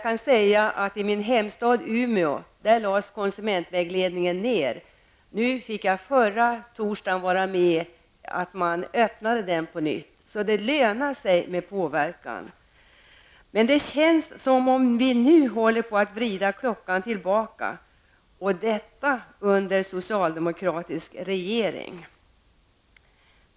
I min hemstad Umeå lades konsumentvägledningen ned. Men förra torsdagen fick jag vara med när den öppnades på nytt. Det lönar sig alltså att försöka påverka. Men det känns som om vi nu håller på att vrida klockan tillbaka, och detta under en socialdemokratisk regering.